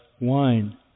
wine